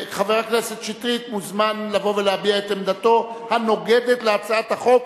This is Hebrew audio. חבר הכנסת שטרית מוזמן לבוא ולהביע את עמדתו הנוגדת להצעת החוק,